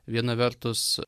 viena vertus